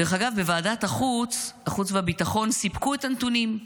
דרך אגב, בוועדת החוץ והביטחון סיפקו את הנתונים.